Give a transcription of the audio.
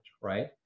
right